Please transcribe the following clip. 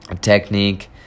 technique